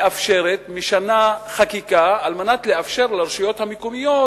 מאפשרת ומשנה חקיקה על מנת לאפשר לרשויות המקומיות